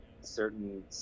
certain